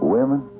Women